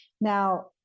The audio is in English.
now